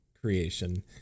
Creation